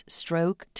stroke